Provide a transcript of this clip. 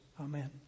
Amen